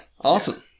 Awesome